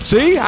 See